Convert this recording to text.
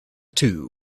two